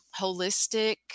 holistic